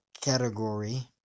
category